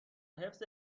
حفظ